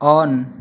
on